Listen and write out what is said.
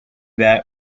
that